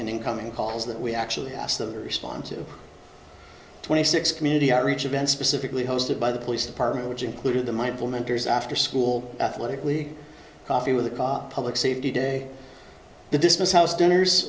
and incoming calls that we actually asked to respond to twenty six community outreach event specifically hosted by the police department which included the mindful mentors after school athletic league coffee with public safety day the dismiss house dinners